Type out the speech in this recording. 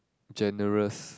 generous